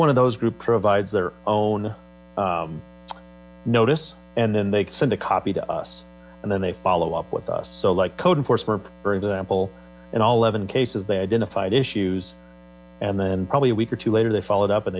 one of those group provides their own notice and then they send a copy to us and then they follow up with us so like code enforcement for example in all seven cases they identified issues and then probably a week or two later they followed up and